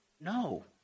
No